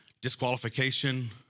disqualification